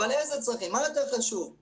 אבל איזה צרכים, מה יותר חשוב.